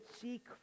seek